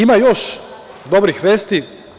Ima još dobrih vesti.